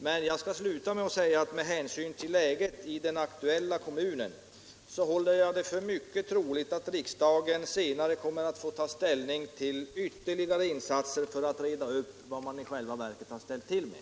Men jag skall sluta med att säga att med hänsyn till läget i den aktuella kommunen håller jag det för mycket troligt att riksdagen senare kommer att få ta ställning till ytterligare insatser för att reda upp vad man har ställt till med.